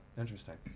interesting